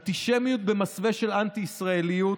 אנטישמיות במסווה של אנטי-ישראליות,